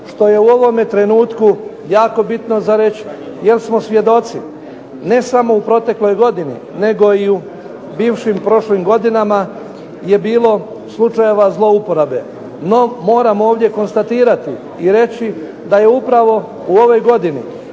što je u ovome trenutku jako bitno za reći jer smo svjedoci ne samo u protekloj godini nego i u bivšim prošlim godinama je bilo slučajeva zlouporabe. No moram ovdje konstatirati i reći da je upravo u ovoj godini